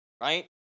right